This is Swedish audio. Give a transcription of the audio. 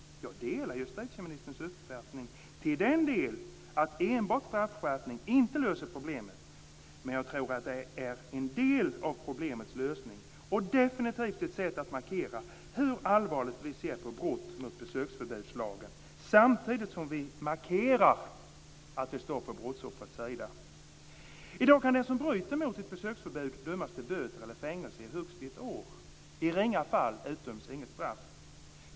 Jag delar justitieministerns uppfattning i den delen att enbart straffskärpning inte löser problemen. Men jag tror att det är en del av problemens lösning och definitivt ett sätt att markera hur allvarligt vi ser på brott mot besöksförbudslagen samtidigt som vi markerar att vi står på brottsoffrets sida. I dag kan den som bryter mot ett besöksförbud dömas till böter eller fängelse i högst ett år. I ringa fall utdöms inget straff.